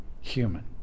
Human